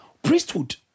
priesthood